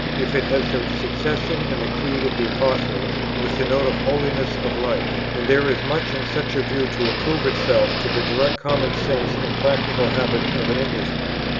if it has the succession and the creed of the apostles, with the note of holiness of life and there is much in such a view to approve itself to the direct common sense and practical habits of an englishman.